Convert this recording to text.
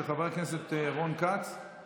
של חבר הכנסת ישראל אייכלר,